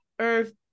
earth